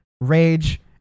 rage